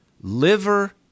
Liver